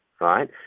right